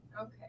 Okay